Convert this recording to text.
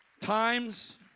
Times